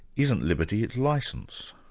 isn't liberty, it's licence.